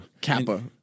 Kappa